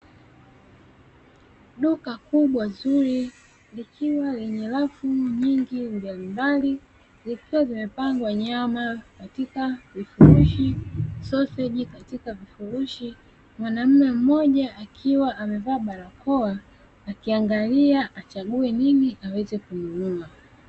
Duka kubwa zuri likiwa lenye rafu nyingi mbalimbali, zikiwa zimepangwa nyama katika vifurushi, soseji katika vifurushi , mwanaume mmoja akiwa amevaa barakoa akiangalia achague nini aweze kununua.